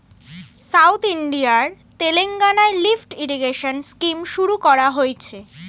south ইন্ডিয়ার তেলেঙ্গানায় lift irrigation scheme শুরু করা হয়েছে